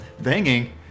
Banging